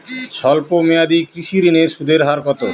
স্বল্প মেয়াদী কৃষি ঋণের সুদের হার কত?